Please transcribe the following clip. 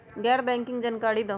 गैर बैंकिंग के जानकारी दिहूँ?